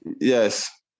Yes